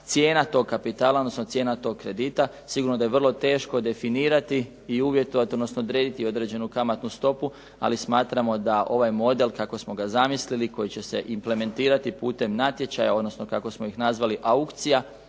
cijena toga kapitala, odnosno cijena tog kredita. Sigurno da je vrlo teško definirati i uvjetovati, odnosno odrediti određenu kamatnu stopu. Ali smatramo da ovaj model kako smo ga zamislili koji će se implementirati putem natječaja, odnosno kako smo ih nazvali aukcija,